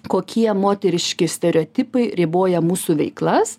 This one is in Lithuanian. kokie moteriški stereotipai riboja mūsų veiklas